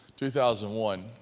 2001